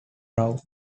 round